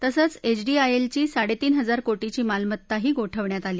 तसंच H D I L ची साडे तीन हजार कोटीची मालमत्ताही गोठवण्यात आली